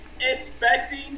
Expecting